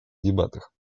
дебатах